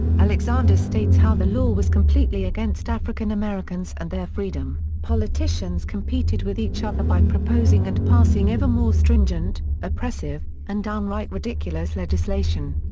alexander states how the law was completely against african americans and their freedom, politicians competed with each other by proposing and passing ever more stringent, oppressive, and downright ridiculous legislation.